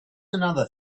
another